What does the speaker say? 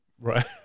Right